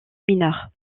mineures